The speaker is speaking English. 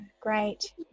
great